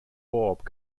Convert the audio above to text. bob